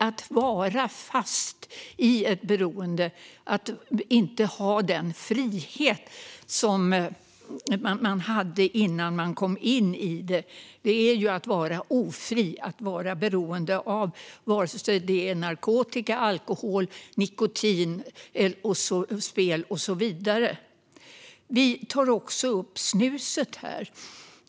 Att vara fast i ett beroende, att inte ha den frihet som man hade innan man kom in i det, är att ju att vara ofri. Det gäller vare sig man är beroende av narkotika, alkohol, nikotin, spel eller annat. Vi tar också upp snuset.